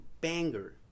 banger